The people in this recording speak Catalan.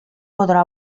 podrà